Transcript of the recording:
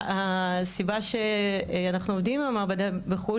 הסיבה שאנחנו עובדים עם המעבדה בחו"ל,